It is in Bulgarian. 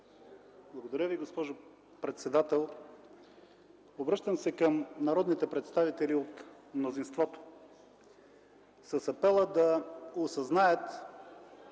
Благодаря Ви, госпожо председател. Обръщам се към народните представители от мнозинството с апел да осъзнаят